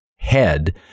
head